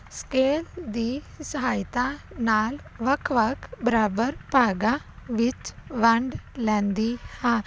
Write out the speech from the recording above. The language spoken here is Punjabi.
ਸਕੇਲ ਦੀ ਸਹਾਇਤਾ ਨਾਲ ਵੱਖ ਵੱਖ ਬਰਾਬਰ ਭਾਗਾਂ ਵਿੱਚ ਵੰਡ ਲੈਂਦੀ ਹਾਂ